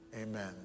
amen